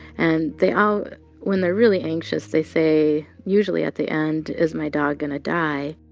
and they all when they're really anxious, they say, usually at the end, is my dog going to die?